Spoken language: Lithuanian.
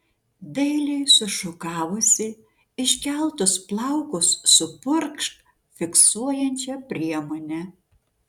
dailiai sušukavusi iškeltus plaukus supurkšk fiksuojančia priemone